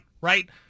Right